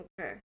Okay